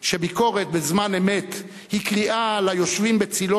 שביקורת בזמן אמת היא קריאה ליושבים בצלו